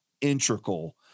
integral